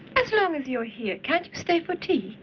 as long as you're here, can't you stay for tea?